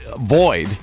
void